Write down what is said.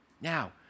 Now